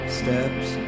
steps